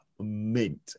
mint